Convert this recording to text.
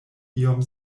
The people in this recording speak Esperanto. iom